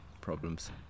problems